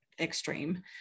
extreme